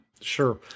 Sure